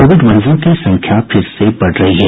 Covid मरीजों की संख्या फिर से बढ़ रही है